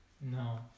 No